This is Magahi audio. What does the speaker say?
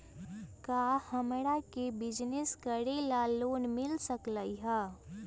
का हमरा के बिजनेस करेला लोन मिल सकलई ह?